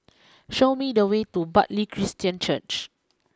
show me the way to Bartley Christian Church